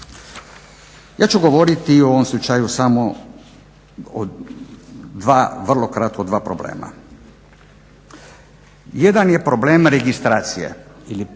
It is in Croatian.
Ja ću govoriti u ovom slučaju samo o dva, vrlo kratko o dva problema. Jedan je problem registracije ili škola